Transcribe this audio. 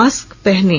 mask पहनें